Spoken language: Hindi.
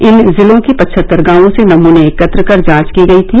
इन जिलों के पचहत्तर गांवों से नमूने एकत्र कर जांच की गयी थी